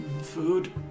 Food